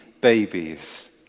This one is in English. babies